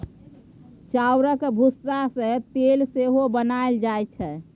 चाउरक भुस्सा सँ तेल सेहो बनाएल जाइ छै